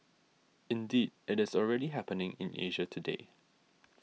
indeed it is already happening in Asia today